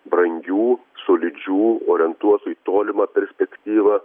brangių solidžių orientuotų į tolimą perspektyvą